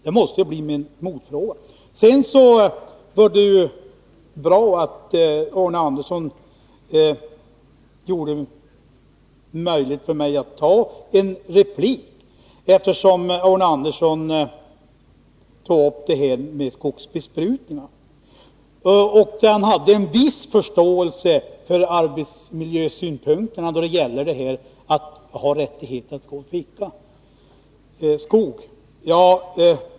Det var bra att Arne Andersson gav mig tillfälle till replik då han tog upp frågan om skogsbesprutningar. Där hade han en viss förståelse för arbetsmiljösynpunkterna då det gäller rätten att ficka skog.